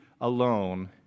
alone